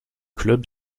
club